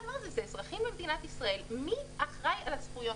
זה אזרחים במדינת ישראל מי אחראי לזכויות